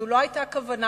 זו לא היתה הכוונה,